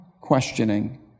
questioning